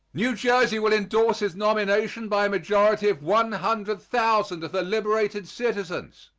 new jersey will indorse his nomination by a majority of one hundred thousand of her liberated citizens.